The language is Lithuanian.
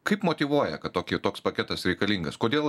kaip motyvuoja kad tokį toks paketas reikalingas kodėl